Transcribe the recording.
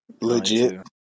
legit